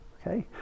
okay